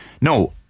no